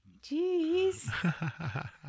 Jeez